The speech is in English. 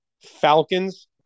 Falcons